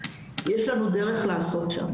יש לנו דרך לעשות שם,